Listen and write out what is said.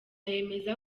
yemeza